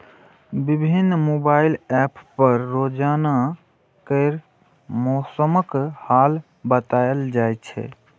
विभिन्न mobile app पर रोजाना केर मौसमक हाल बताएल जाए छै